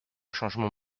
changement